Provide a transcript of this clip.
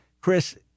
Chris